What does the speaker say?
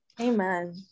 Amen